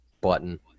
button